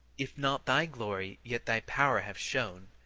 if not thy glory yet thy power have shown,